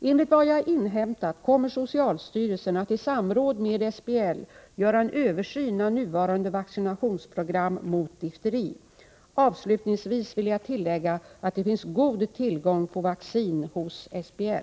Enligt vad jag har inhämtat kommer socialstyrelsen att i samråd med SBL göra en översyn av nuvarande vaccinationsprogram mot difteri. Avslutningsvis vill jag tillägga att det finns god tillgång på vaccin hos SBL.